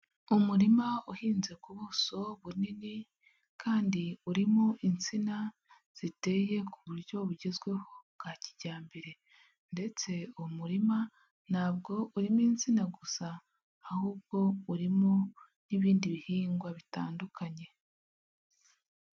Umurima uhinze ku buso bunini, kandi urimo insina ziteye ku buryo bugezweho bwa kijyambere, ndetse uwo murima ntabwo urimo insina gusa ahubwo urimo n'ibindi bihingwa bitandukanye.